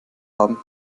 haben